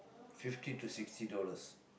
fifty to sixty dollars